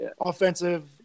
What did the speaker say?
offensive